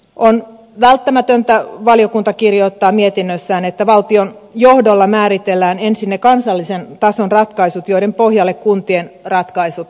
onkin välttämätöntä valiokunta kirjoittaa mietinnössään että valtion johdolla määritellään ensin ne kansallisen tason ratkaisut joiden pohjalle kuntien ratkaisut rakentuvat